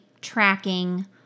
tracking